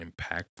impactful